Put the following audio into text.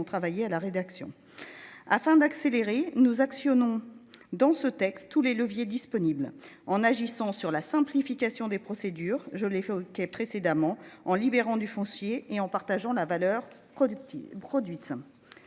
travaillé à la rédaction. Afin d'accélérer nos actions non dans ce texte. Tous les leviers disponibles en agissant sur la simplification des procédures, je l'ai fait OK précédemment en libérant du foncier et en partageant la valeur productive